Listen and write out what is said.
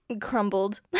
crumbled